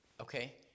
okay